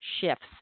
shifts